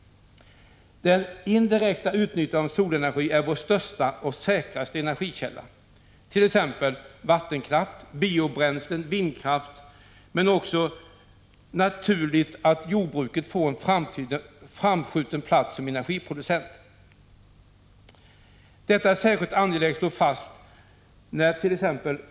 Vår största och säkraste energikälla är det indirekta utnyttjandet av solenergi, t.ex. användning av vattenkraft, biobränslen och vindkraft, men det är också naturligt att jordbruket får en framskjuten plats som energiproducent. Detta är särskilt angeläget att slå fast närt.ex.